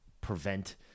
prevent